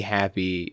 happy